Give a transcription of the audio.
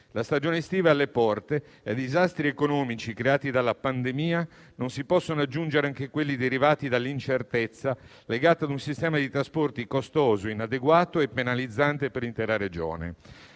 La stagione estiva è alle porte e ai disastri economici creati dalla pandemia non si possono aggiungere anche quelli derivati dall'incertezza legata a un sistema di trasporti costoso, inadeguato e penalizzante per l'intera Regione.